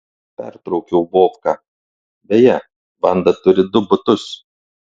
pertraukiau vovką beje vanda turi du butus